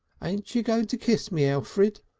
ain't you going to kiss me, elfrid,